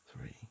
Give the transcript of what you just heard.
three